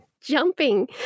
jumping